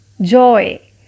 Joy